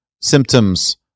symptoms